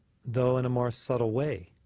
though in a more subtle way,